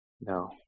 No